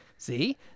See